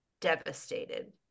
devastated